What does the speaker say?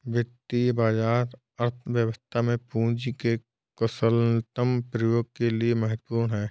वित्तीय बाजार अर्थव्यवस्था में पूंजी के कुशलतम प्रयोग के लिए महत्वपूर्ण है